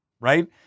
right